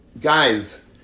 guys